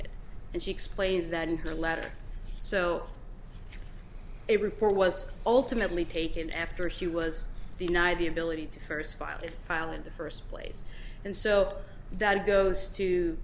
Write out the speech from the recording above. it and she explains that in her letter so a report was ultimately taken after he was denied the ability to first file a file in the first place and so that goes to